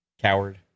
Coward